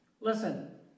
Listen